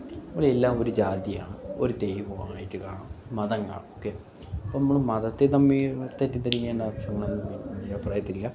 എല്ലാം ഒരു ജാതിയാണ് ഒരു ദൈവമായിട്ട് കാണാം മതങ്ങൾ ഓക്കെ ഇപ്പോൾ നമ്മൾ മതത്തെ തമ്മിൽ തെറ്റിദ്ധരിക്കേണ്ട ആവശ്യമൊന്നും എൻ്റെ അഭിപ്രായത്തിൽ ഇല്ല